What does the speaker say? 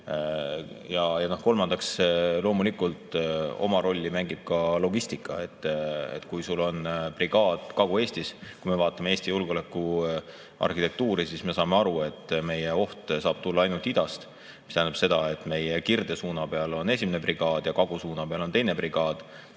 Ja kolmandaks, loomulikult oma rolli mängib ka logistika. Kui sul on brigaad Kagu-Eestis … Kui me vaatame Eesti julgeolekuarhitektuuri, siis me saame aru, et meie oht saab tulla ainult idast, mis tähendab seda, et meie kirdesuuna peal on 1. brigaad ja kagusuuna peal on 2. brigaad.